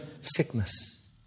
sickness